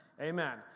Amen